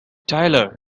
tyler